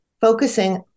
focusing